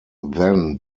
then